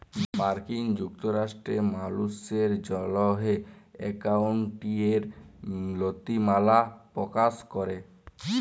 মার্কিল যুক্তরাষ্ট্রে মালুসের জ্যনহে একাউল্টিংয়ের লিতিমালা পকাশ ক্যরে